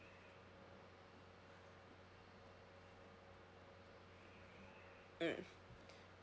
mm